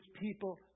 people